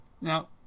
Now